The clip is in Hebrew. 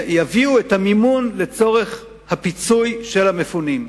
יביאו את המימון לפיצוי המפונים.